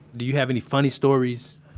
do you have any funny stories?